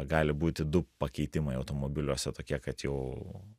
gali būti du pakeitimai automobiliuose tokie kad jau